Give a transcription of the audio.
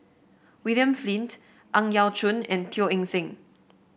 William Flint Ang Yau Choon and Teo Eng Seng